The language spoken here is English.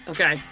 Okay